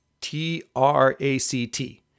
T-R-A-C-T